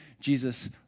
Jesus